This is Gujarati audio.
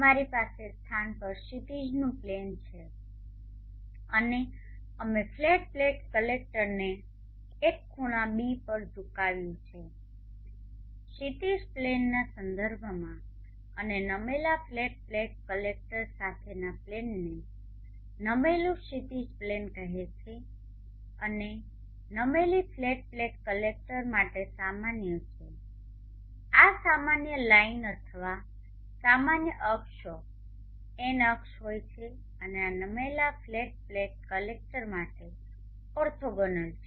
અમારી પાસે સ્થાન પર ક્ષિતિજનું પ્લેન છે અને અમે ફ્લેટ પ્લેટ કલેક્ટરને એક ખૂણા ß પર ઝુકાવ્યું છે ક્ષિતિજ પ્લેનના સંદર્ભમાં અને નમેલા ફ્લેટ પ્લેટ કલેક્ટર સાથેના પ્લેનને નમેલું ક્ષિતિજ પ્લેન કહેવામાં આવે છે અને નમેલી ફ્લેટ પ્લેટ કલેક્ટર માટે સામાન્ય છે આ સામાન્ય લાઇન અથવા સામાન્ય અક્ષો એન અક્ષ હોય છે જે આ નમેલા ફ્લેટ પ્લેટ કલેક્ટર માટે ઓર્થોગોનલ છે